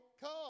come